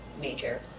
major